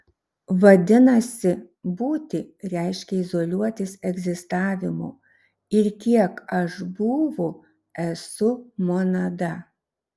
vadinasi būti reiškia izoliuotis egzistavimu ir kiek aš būvu esu monada